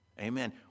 Amen